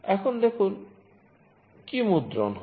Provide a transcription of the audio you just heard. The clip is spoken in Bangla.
এখন দেখুন মূল্য কি মুদ্রণ হয়